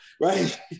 right